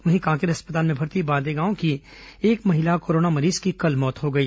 वहीं कांकेर अस्पताल में भर्ती बांदे गांव की एक महिला कोरोना मरीज की कल मौत हो गई